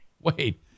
Wait